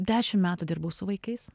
dešimt metų dirbau su vaikais